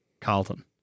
Carlton